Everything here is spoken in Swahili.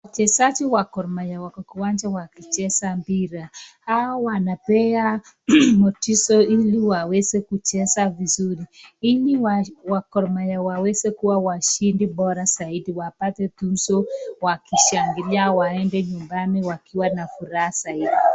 Wachezaji wa Gor Mahia wako uwanjani wakicheza mpira. Hawa wanapea motisha ya ili waweze kucheza vizuri ili wa Gor Mahia waweze kuwa washindi bora zaidi wapate tuzo wakishangilia waende nyumbani wakiwa na furaha zaidi.